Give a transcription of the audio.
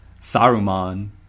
saruman